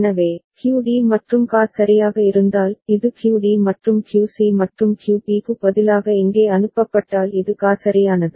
எனவே QD மற்றும் QA சரியாக இருந்தால் இது QD மற்றும் QC மற்றும் QB க்கு பதிலாக இங்கே அனுப்பப்பட்டால் இது QA சரியானது